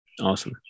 awesome